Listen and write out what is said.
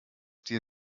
dir